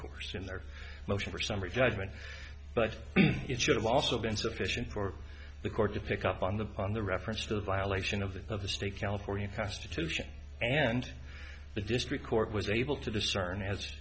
course in their motion for summary judgment but it should have also been sufficient for the court to pick up on the on the reference to a violation of the of the state california constitution and the district court was able to discern as